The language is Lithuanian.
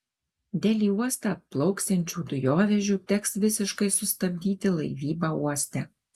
dėl į uostą atplauksiančių dujovežių teks visiškai sustabdyti laivybą uoste